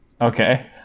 Okay